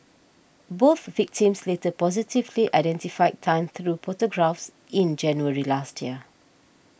both victims later positively identified Tan through photographs in January last year